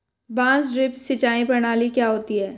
बांस ड्रिप सिंचाई प्रणाली क्या होती है?